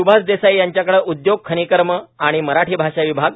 सुभाष देसाई यांच्याकडे उद्योग खनीकर्म आणि मराठी भाषा विभाग